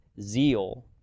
zeal